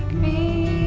me!